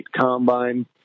combine